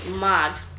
Mad